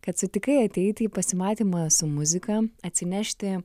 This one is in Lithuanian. kad sutikai ateiti į pasimatymą su muzika atsinešti